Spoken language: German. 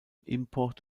import